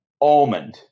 almond